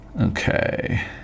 Okay